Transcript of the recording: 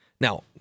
Now